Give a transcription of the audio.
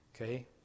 Okay